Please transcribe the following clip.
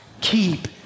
keep